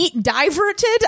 Diverted